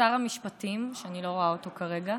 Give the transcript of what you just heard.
לא רואה אותו כרגע.